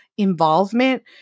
involvement